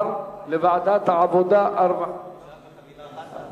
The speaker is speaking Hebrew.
(החלת חוק שירות המדינה (משמעת) על עובדי הרשות לשיקום האסיר),